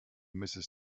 mrs